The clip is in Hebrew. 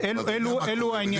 אלו העניינים.